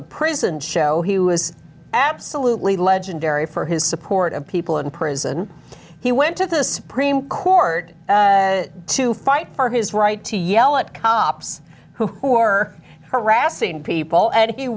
the prison show he was absolutely legendary for his support of people in prison he went to the supreme court to fight for his right to yell at cops who are harassing people a